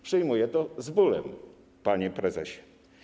Przyjmuję to z bólem, panie prezesie.